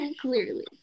clearly